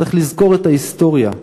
צריך לזכור את ההיסטוריה.